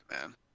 man